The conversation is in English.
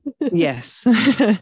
Yes